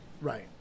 Right